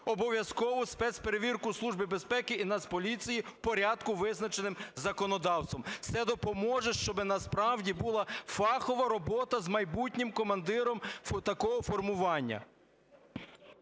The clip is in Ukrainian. обов'язкову спецперевірку Службою безпеки і Нацполіцією в порядку, визначеному законодавством. Це допоможу, щоби, насправді, була фахова робота з майбутнім командиром такого формування.